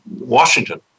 Washington